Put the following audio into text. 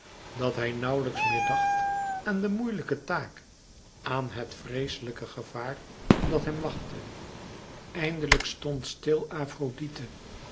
dat hij nauwlijks meer dacht aan de moeilijke taak aan het vreeslijk gevaar dat hem wachtte eindelijk stond stil